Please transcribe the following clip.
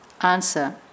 Answer